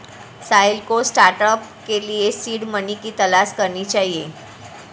साहिल को स्टार्टअप के लिए सीड मनी की तलाश करनी चाहिए